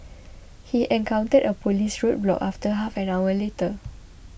he encountered a police roadblock about half an hour later